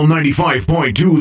95.2